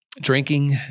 drinking